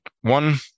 one